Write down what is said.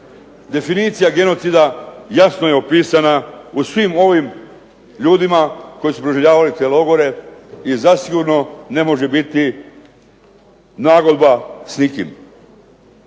Definicija genocida jasno je upisana u svim ovim ljudima koji su proživljavali te logore i ne može biti nagodba s nikim.